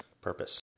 purpose